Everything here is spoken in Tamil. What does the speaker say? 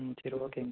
ம் சரி ஓகேங்க